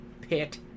pit